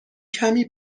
کمی